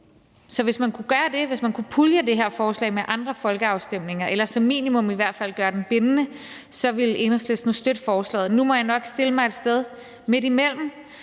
Så hvis man kunne gøre det, hvis man kunne pulje det her forslag med andre folkeafstemninger eller som minimum i hvert fald gøre den bindende, ville Enhedslisten støtte forslaget. Nu må jeg nok stille mig et sted midtimellem.